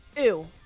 ew